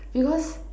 because